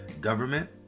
government